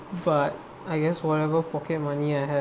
but I guess whatever pocket money I have